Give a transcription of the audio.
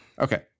Okay